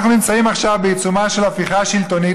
אנחנו נמצאים עכשיו בעיצומה של הפיכה שלטונית.